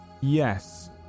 Yes